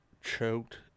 choked